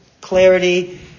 clarity